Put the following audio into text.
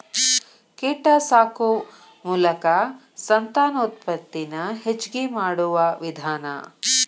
ಕೇಟಾ ಸಾಕು ಮೋಲಕಾ ಸಂತಾನೋತ್ಪತ್ತಿ ನ ಹೆಚಗಿ ಮಾಡುವ ವಿಧಾನಾ